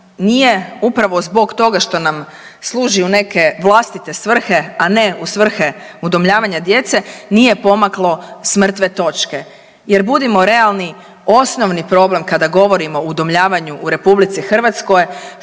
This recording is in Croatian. nije upravo zbog toga što nam služi u neke vlastite svrhe, a ne u svrhe udomljavanja djece nije pomaklo s mrtve točke jer budimo realni osnovni problem kada govorimo o udomljavanju u RH što